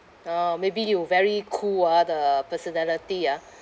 orh maybe you very cool ah the personality ah